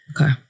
Okay